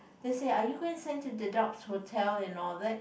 then say are you going to send to the hotel and all that